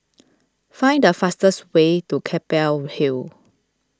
find the fastest way to Keppel Hill